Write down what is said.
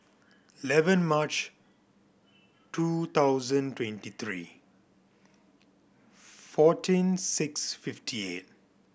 eleven March two thousand twenty three fourteen six fifty eight